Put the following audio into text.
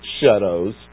shadows